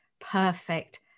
perfect